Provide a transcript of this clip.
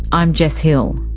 i'm jess hill.